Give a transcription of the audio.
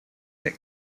that